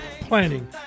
Planning